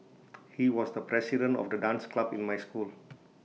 he was the president of the dance club in my school